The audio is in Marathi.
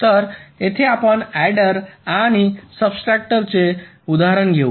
तर येथे आपण अॅडर आणि सबट्रॅक्टरचे उदाहरण घेऊ